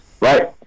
Right